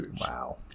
Wow